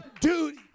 duty